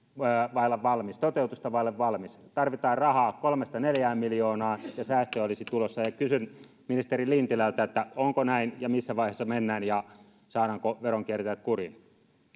vaille valmis toteutusta vaille valmis tarvitaan rahaa kolme viiva neljä miljoonaa ja säästöä olisi tulossa kysyn ministeri lintilältä onko näin ja missä vaiheessa mennään ja saadaanko veronkiertäjät kuriin